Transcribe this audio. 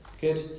good